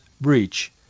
breach